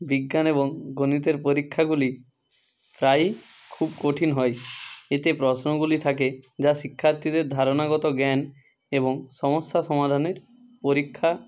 বিজ্ঞান এবং গণিতের পরীক্ষাগুলি প্রায়ই খুব কঠিন হয় এতে প্রশ্নগুলি থাকে যা শিক্ষার্থীদের ধারণাগত জ্ঞান এবং সমস্যা সমাধানের পরীক্ষা